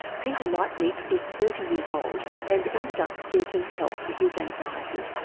peter liepnik is thirty years old and ended up seeking help for his anxiety.